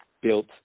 built